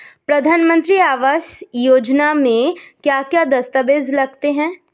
प्रधानमंत्री आवास योजना में क्या क्या दस्तावेज लगते हैं?